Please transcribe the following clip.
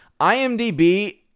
IMDb